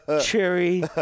Cherry